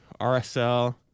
RSL